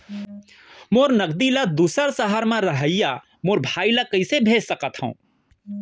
मोर नगदी ला दूसर सहर म रहइया मोर भाई ला कइसे भेज सकत हव?